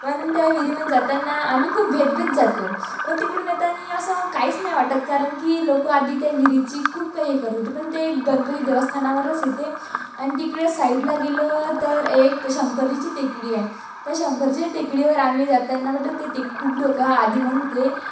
पण त्या विहिरीमध्ये जाताना आम्ही खूप भीतभीत जातो पण तिकडून येताना असं काहीच नाही वाटत कारण की लोक आधी त्या विहिरीची खूप काही हे करत होते पण ते गणपती देवस्थानावरच येते आणि तिकडे साईडला गेलं तर एक शंकराची टेकडी आहे त्या शंकरच्या टेकडीवर आम्ही जाताना मतलब तिथे खूप लोक आधी म्हणते